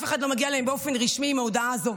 אף אחד לא מגיע אליהן באופן רשמי עם ההודעה הזו,